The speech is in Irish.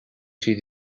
siad